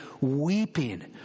weeping